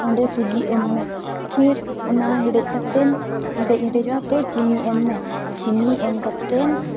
ᱚᱸᱰᱮ ᱥᱩᱡᱤ ᱮᱢᱢᱮ ᱯᱷᱤᱨ ᱚᱱᱟ ᱦᱮᱰᱮᱡ ᱠᱟᱛᱮᱫ ᱦᱮᱰᱮᱡ ᱦᱮᱰᱮᱡᱚᱜᱼᱟ ᱛᱚ ᱪᱤᱱᱤ ᱮᱢᱢᱮ ᱪᱤᱱᱤ ᱮᱢ ᱠᱟᱛᱮᱫ